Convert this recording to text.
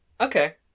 Okay